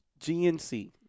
GNC